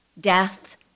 death